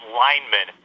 linemen